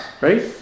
right